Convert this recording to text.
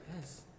Yes